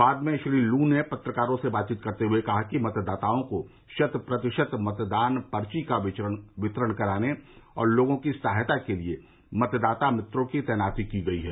बाद में श्री लू ने पत्रकारों से बात करते हए बताया कि मतदातओं को शत प्रतिशत मतदान पर्ची का वितरण कराने और लोगों की सहायता के लिये मतदाता मित्रों की तैनाती की गई है